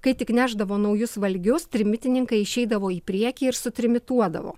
kai tik nešdavo naujus valgius trimitininkai išeidavo į priekį ir sutrimituodavo